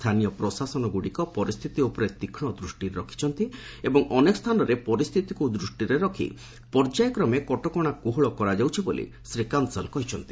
ସ୍ଥାନୀୟ ପ୍ରଶାସନଗୁଡ଼ିକ ପରିସ୍ଥିତି ଉପରେ ତୀକ୍ଷ୍ଣ ଦୂଷ୍ଟି ରଖିଛନ୍ତି ଏବଂ ଅନେକ ସ୍ଥାନରେ ପରିସ୍ଥିତିକୁ ଦୃଷ୍ଟିରେ ରଖି ପର୍ଯ୍ୟାୟକ୍ରମେ କଟକଣା କୋହଳ କରାଯାଉଛି ବୋଲି ଶ୍ରୀ କାନ୍ସଲ କହିଛନ୍ତି